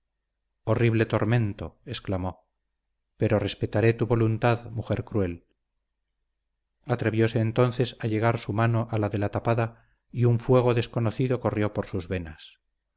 horrible tormento exclamó pero respetare tu voluntad mujer cruel atrevióse entonces a llegar su mano a la de la tapada y un fuego desconocido corrió por sus venas